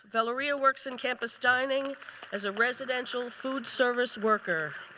valoria works in campus dining as a residential food service worker.